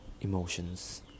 emotions